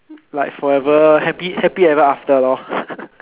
like forever happy happy ever after lor